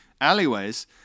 alleyways